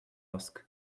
ask